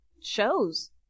shows